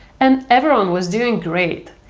and everyone was doing great.